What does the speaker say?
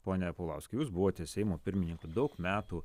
pone paulauskai jūs buvote seimo pirmininku daug metų